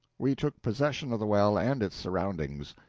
we took possession of the well and its surroundings.